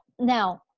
now